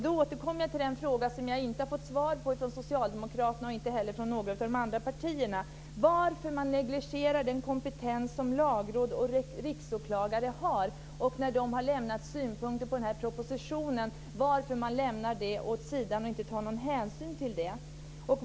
Då återkommer jag till den fråga som jag inte har fått svar på från Socialdemokraterna och inte heller från några av de andra partierna. Varför negligerar man den kompetens som lagråd och riksåklagare har? Varför lämnar man deras synpunkter på den här propositionen åt sidan utan att ta hänsyn till dem?